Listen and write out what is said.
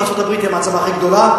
ארצות-הברית היא המעצמה הכי גדולה,